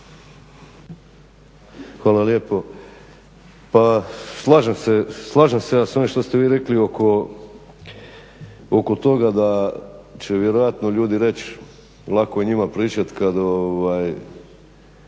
slažem se, slažem se ja s ovim što ste vi rekli oko toga da će vjerojatno ljudi reći lako je njima pričati kad